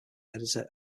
editor